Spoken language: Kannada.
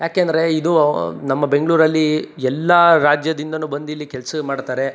ಯಾಕೆಂದರೆ ಇದು ನಮ್ಮ ಬೆಂಗಳೂರಲ್ಲಿ ಎಲ್ಲ ರಾಜ್ಯದಿಂದ ಬಂದಿಲ್ಲಿ ಕೆಲಸ ಮಾಡ್ತಾರೆ